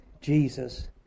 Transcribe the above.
Jesus